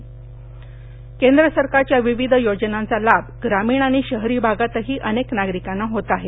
बाईटलाभार्थी जालना केंद्र सरकारच्या विविध योजनांचा लाभ ग्रामीण आणि शहरी भागातही अनेक नागरिकांना होत आहे